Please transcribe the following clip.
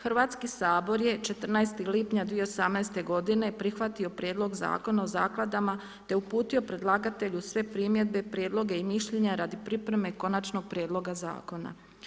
Hrvatski sabor je 14. lipnja 2018. prihvatio prijedlog Zakona o zakladama te uputio predlagatelju sve primjedbe, prijedloge i mišljenja radi pripreme konačnog prijedloga zakona.